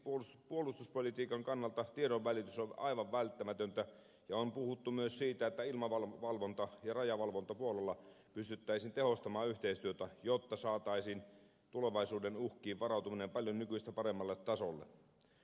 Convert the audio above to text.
esimerkiksi puolustuspolitiikan kannalta tiedonvälitys on aivan välttämätöntä ja on puhuttu myös siitä että ilmavalvonta ja rajavalvontapuolella pystyttäisiin tehostamaan yhteistyötä jotta saataisiin tulevaisuuden uhkiin varautuminen paljon nykyistä paremmalle tasolle